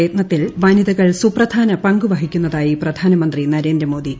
പ്രയത്നത്തിൽ വനിതകൾ സുപ്രധാന പങ്ക് വഹിക്കുന്നതായി പ്രധാനമന്ത്രി നരേന്ദ്രമോദി